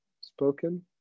spoken